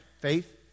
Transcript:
Faith